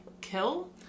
kill